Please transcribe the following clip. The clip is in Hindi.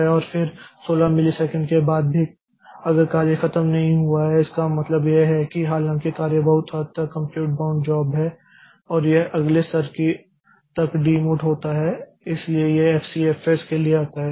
और फिर 16 मिलीसेकंड के बाद भी अगर कार्य खत्म नहीं हुआ है इसका मतलब यह है कि हालांकि कार्य बहुत हद तक कम्प्यूट बाउंड जॉब है और यह अगले स्तर तक डिमोट होता है इसलिए यह एफसीएफएस के लिए आता है